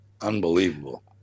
Unbelievable